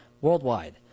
Worldwide